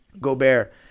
Gobert